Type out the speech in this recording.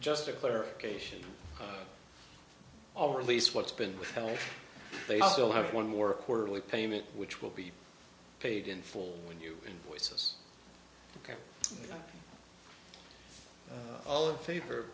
just a clarification on all release what's been withheld they still have one more quarterly payment which will be paid in full when you invoice us all in favor